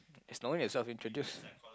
is no need yourself introduce